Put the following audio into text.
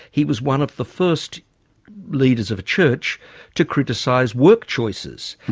he was one of the first leaders of a church to criticise work choices.